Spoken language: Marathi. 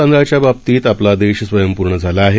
तांदळाच्याबाबतीतआपलादेशस्वयंपूर्णझालाआहे